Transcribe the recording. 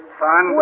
son